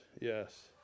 yes